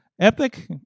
Epic